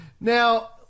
Now